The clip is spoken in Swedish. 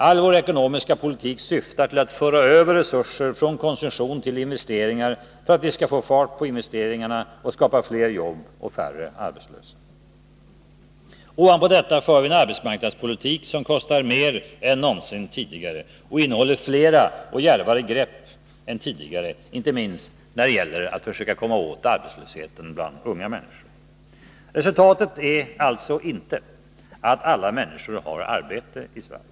All vår ekonomiska politik syftar till att föra över resurser från konsumtion till investeringar för att vi skall få fart på investeringarna och skapa fler jobb och färre arbetslösa. Ovanpå detta för vi en arbetsmarknadspolitik som kostar mer än någonsin tidigare och innehåller fler och djärvare grepp än tidigare, inte minst när det gäller att försöka komma åt arbetslösheten bland unga människor. Resultatet är alltså inte att alla människor har arbete i Sverige.